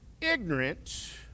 ignorant